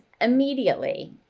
immediately